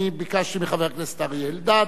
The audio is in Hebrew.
אני ביקשתי מחבר הכנסת אריה אלדד,